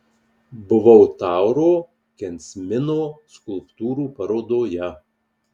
buvau tauro kensmino skulptūrų parodoje